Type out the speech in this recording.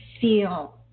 feel